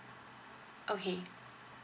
okay